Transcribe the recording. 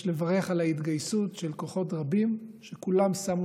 יש לברך על ההתגייסות של כוחות רבים שכולם שמו